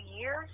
years